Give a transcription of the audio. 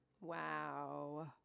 Wow